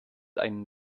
einen